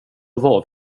vad